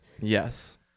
Yes